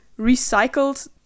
recycled